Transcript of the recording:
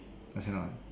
understand or not